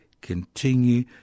continue